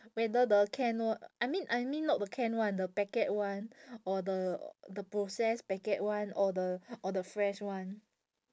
whether the can o~ I mean I mean not the can [one] the packet [one] or the the processed packet [one] or the or the fresh [one]